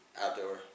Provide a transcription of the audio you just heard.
outdoor